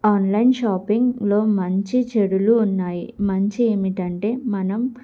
online షాపింగ్లో మంచి చెడులు ఉన్నాయి మంచి ఏమిటంటే మనం